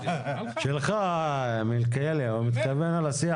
ראשית כל אני רוצה לדבר כמובן על ההצעה